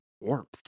warmth